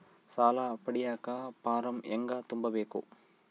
ಸಾಲ ಪಡಿಯಕ ಫಾರಂ ಹೆಂಗ ತುಂಬಬೇಕು?